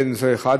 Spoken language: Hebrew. זה אחד.